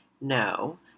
No